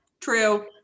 true